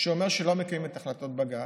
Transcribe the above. שאומר שלא מקיימים את החלטות בג"ץ.